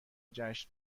جشن